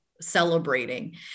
celebrating